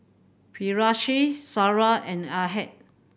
Firash Sarah and Ahad